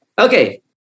Okay